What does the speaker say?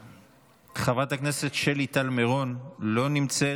חברת הכנסת שלי טל מירון, לא נמצאת.